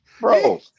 Bro